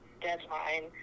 deadline